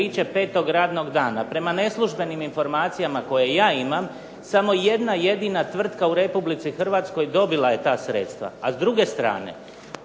petog radnog dana. Prema neslužbenim informacijama koje ja imam samo jedna jedina tvrtka u Republici Hrvatskoj dobila je ta sredstva, a s druge strane